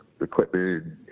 equipment